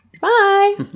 bye